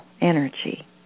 energy